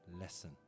lesson